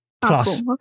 Plus